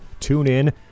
TuneIn